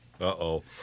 Uh-oh